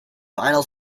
final